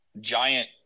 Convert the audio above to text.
giant